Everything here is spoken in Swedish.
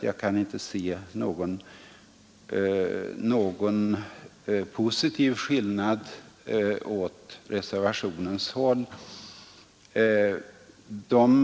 Jag kan inte se att ett bifall till reservationen skulle ge mera bistånd till dessa två länder.